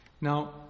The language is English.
Now